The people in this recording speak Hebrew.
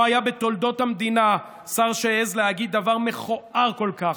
לא היה בתולדות המדינה שר שהעז להגיד דבר מכוער כל כך,